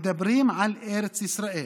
מדברים על ארץ ישראל,